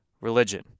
religion